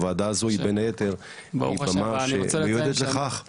הוועדה מיועדת לכך .